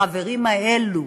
החברים האלו